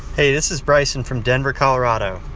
hey, this is bryson from denver, colo. ah but